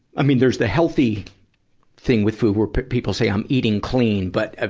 i mean, there's the healthy thing with food, where people say, i'm eating clean. but, ah